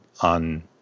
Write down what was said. on